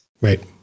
Right